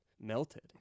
melted